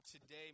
today